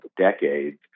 decades